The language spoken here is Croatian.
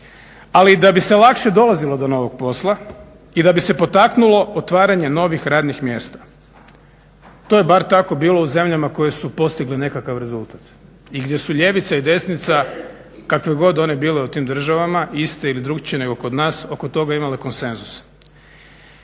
i da bi se lakše dolazilo do novog posla i da bi se potaknulo otvaranje novih radnih mjesta. To je bar tako bilo u zemljama koje su postigle nekakav rezultat i gdje su i ljevica i desnica kakve god one bile u tim državama iste ili drukčije nego kod nas oko toga imale konsenzus.